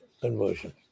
conversion